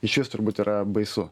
išvis turbūt yra baisu